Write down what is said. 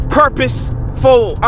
purposeful